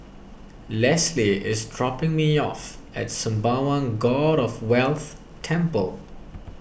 Lesly is dropping me off at Sembawang God of Wealth Temple